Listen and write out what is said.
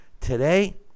Today